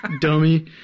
dummy